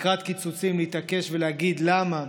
לקראת קיצוצים להתעקש ולהגיד: למה,